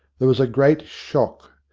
there was a great shock,